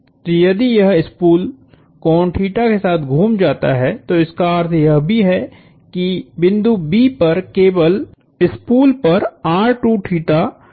तो यदि यह स्पूल कोण के साथ घुम जाता है तो इसका अर्थ यह भी है कि बिंदु B पर केबल स्पूल पर दूरी से बंधता जाता है